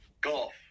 Golf